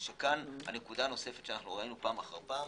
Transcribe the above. זו נקודה נוספת שראניו פעם אחר פעם